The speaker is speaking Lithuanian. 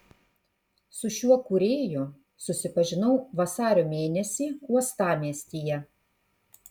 su šiuo kūrėju susipažinau vasario mėnesį uostamiestyje